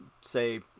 say